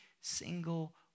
single